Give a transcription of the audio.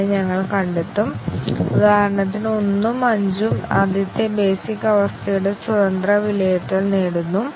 അതിനാൽ ഓരോ ആറ്റോമിക് അവസ്ഥയും ബ്രാഞ്ചിന്റെ ഫലത്തെ മറ്റ് വ്യവസ്ഥകളിൽ നിന്ന് സ്വതന്ത്രമായി നിർണ്ണയിക്കുന്നു